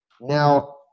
Now